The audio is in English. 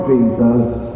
Jesus